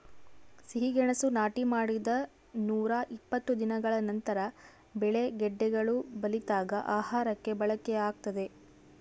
ಸಿಹಿಗೆಣಸು ನಾಟಿ ಮಾಡಿದ ನೂರಾಇಪ್ಪತ್ತು ದಿನಗಳ ನಂತರ ಬೆಳೆ ಗೆಡ್ಡೆಗಳು ಬಲಿತಾಗ ಆಹಾರಕ್ಕೆ ಬಳಕೆಯಾಗ್ತದೆ